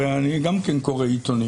הרי גם אני קורא עיתונים.